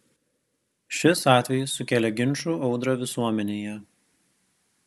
šis atvejis sukėlė ginčų audrą visuomenėje